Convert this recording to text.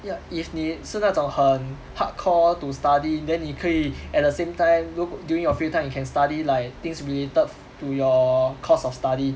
ya if 你是那种很 hardcore to study then 你可以 at the same time 如 du~ during your free time you can study like things related to your course of study